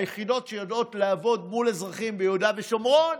היחידות שיודעות לעבוד מול אזרחים ביהודה ושומרון,